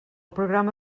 programa